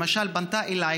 למשל פנתה אליי